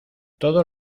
todos